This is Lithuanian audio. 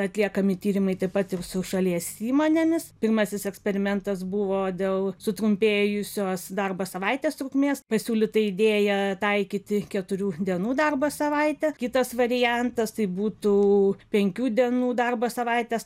atliekami tyrimai taip pat ir su šalies įmonėmis pirmasis eksperimentas buvo dėl sutrumpėjusios darbo savaitės trukmės pasiūlyta idėja taikyti keturių dienų darbo savaitę kitas variantas tai būtų penkių dienų darbo savaitės